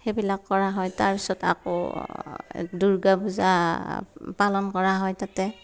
সেইবিলাক কৰা হয় তাৰপিছত আকৌ দুৰ্গা পূজা পালন কৰা হয় তাতে